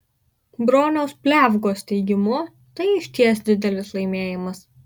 broniaus pliavgos teigimu tai išties didelis laimėjimas